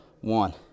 one